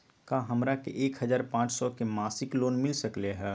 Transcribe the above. का हमरा के एक हजार पाँच सौ के मासिक लोन मिल सकलई ह?